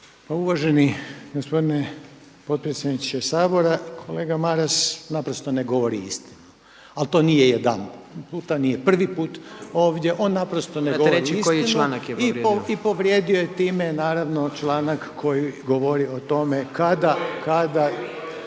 uvaženi gospodine potpredsjedniče Sabora kolega Maras napravo ne govori istinu. Ali to nije jedanput, nije prvi put ovdje, on naprosto ne govori istinu i povrijedio je time naravno članak koji govori o tome kada smije